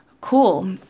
cool